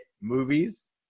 movies